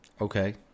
Okay